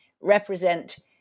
represent